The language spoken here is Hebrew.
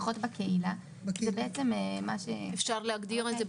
יש לך אחריות כמשרד גם להגיד עד כה אי אפשר להוריד מזה